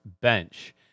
bench